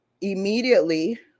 immediately